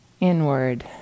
inward